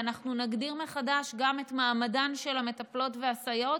ואנחנו נגדיר מחדש גם את מעמדן של המטפלים והסייעות,